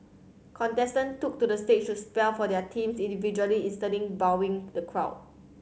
contestant took to the stage to spell for their teams individually instantly wowing the crowd